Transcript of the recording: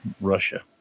Russia